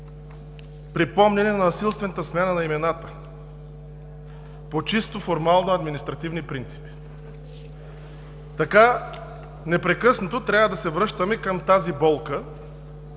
припомняне на насилствената смяна на имената по чисто формално административни принципи. Така непрекъснато трябва да се връщаме към тази болка